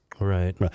Right